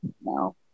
no